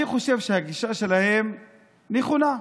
אני חושב שהגישה שלהם נכונה.